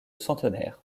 centenaires